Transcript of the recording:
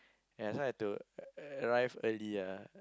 that's why have to arrive early lah